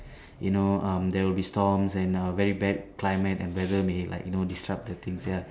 you know um there will be storms and err very bad climate and weather may like you know disrupt the things ya